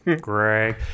Greg